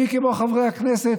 מי כמו חברי הכנסת,